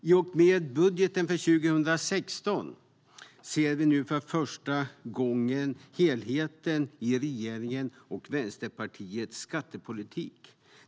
I och med budgeten för 2016 ser vi nu för första gången helheten i regeringens och Vänsterpartiets skattepolitik.